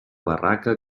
barraca